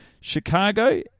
Chicago